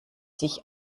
sich